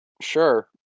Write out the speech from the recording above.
Sure